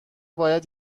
باید